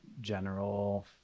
general